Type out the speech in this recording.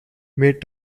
made